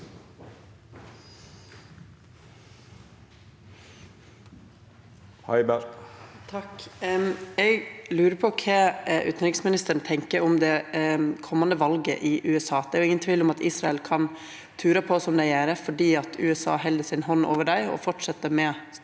Eg lu- rer på kva utanriksministeren tenkjer om det komande valet i USA. Det er jo ingen tvil om at Israel kan tura på som dei gjer fordi USA held si hand over dei og fortset med støtte.